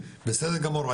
בסדר גמור,